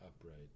upright